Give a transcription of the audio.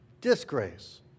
Disgrace